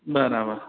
બરાબર